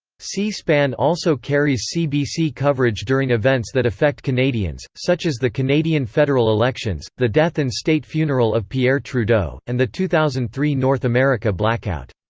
c-span also carries cbc coverage during events that affect canadians, such as the canadian federal elections, the death and state funeral of pierre trudeau, and the two thousand and three north america blackout.